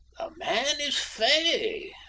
man is fey,